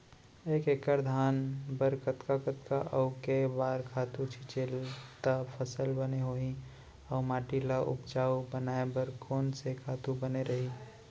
एक एक्कड़ धान बर कतका कतका अऊ के बार खातू छिंचे त फसल बने होही अऊ माटी ल उपजाऊ बनाए बर कोन से खातू बने रही?